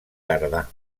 tardà